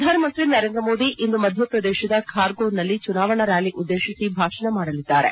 ಪ್ರಧಾನಮಂತ್ರಿ ನರೇಂದ್ರ ಮೋದಿ ಇಂದು ಮಧ್ಯಪ್ರದೇಶದ ಖಾರ್ಗೋನ್ನಲ್ಲಿ ಚುನಾವಣಾ ರ್ನಾಲಿ ಉದ್ಲೇಶಿಸಿ ಭಾಷಣ ಮಾಡಲಿದ್ದಾರೆ